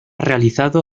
realizado